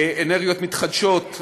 אנרגיות מתחדשות,